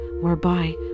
whereby